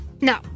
No